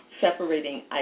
separating